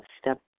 step